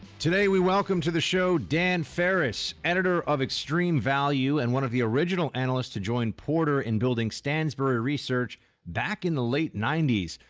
today we welcome to the show dan ferris, editor of extreme value and one of the original analysts to join porter in building stansberry research back in the late ninety s.